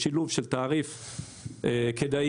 שילוב של תעריף כדאי,